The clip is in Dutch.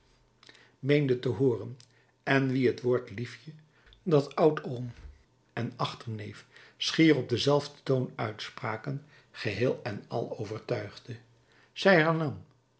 meende te hooren en wie het woord liefje dat oudoom en achterneef schier op denzelfden toon uitspraken geheel en al overtuigde zij